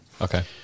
Okay